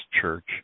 church